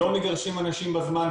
לא מגרשים אנשים בזמן,